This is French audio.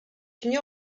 une